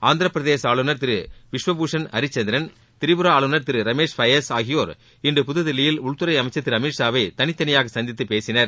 ஆந்திர பிரதேச ஆளுனர் திரு விஸ்வபூஷன் ஹரச்சந்திரன் திரிபுரா ஆளுனர் ரமேஷ் னபஸ் ஆகியோர் இன்று புதுதில்லியில் உள்துறை அமைச்சர் திரு அமித்ஷாவை தனித்தனியாக சந்தித்து பேசினர்